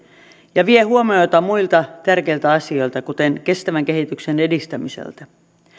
ja vie huomiota muilta tärkeiltä asioilta kuten kestävän kehityksen edistämiseltä